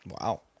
Wow